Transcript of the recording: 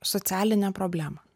socialinę problemą